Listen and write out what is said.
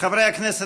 חברי הכנסת,